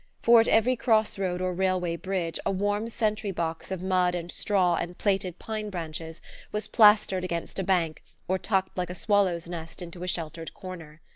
for at every cross-road or railway bridge a warm sentry-box of mud and straw and plaited pine-branches was plastered against a bank or tucked like a swallow's nest into a sheltered corner.